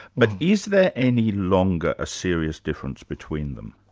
but is there any longer a serious difference between them?